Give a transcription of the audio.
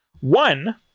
One